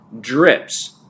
drips